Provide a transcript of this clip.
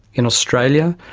in australia,